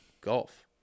golf